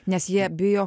nes jie bijo